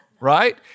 right